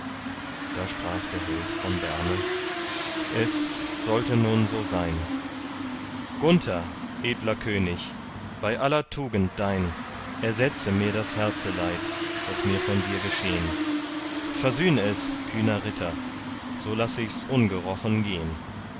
da sprach der held von berne es sollte nun so sein gunther edler könig bei aller tugend dein ersetze mir das herzeleid das mir von dir geschehn versühn es kühner ritter so laß ichs ungerochen gehn